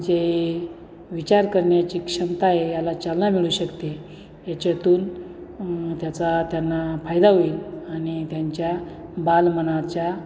जे विचार करण्याची क्षमता आहे याला चालना मिळू शकते याच्यातून त्याचा त्यांना फायदा होईल आणि त्यांच्या बालमनाच्या